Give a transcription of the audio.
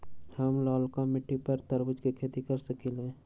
हम लालका मिट्टी पर तरबूज के खेती कर सकीले?